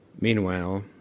Meanwhile